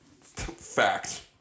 fact